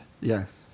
Yes